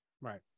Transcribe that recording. Right